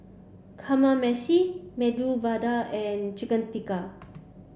Kamameshi Medu Vada and Chicken Tikka